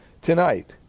tonight